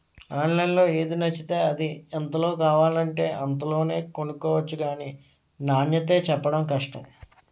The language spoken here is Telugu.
ఆన్లైన్లో ఏది నచ్చితే అది, ఎంతలో కావాలంటే అంతలోనే కొనుక్కొవచ్చు గానీ నాణ్యతే చెప్పడం కష్టం